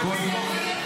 נינו של הרב עובדיה יוסף.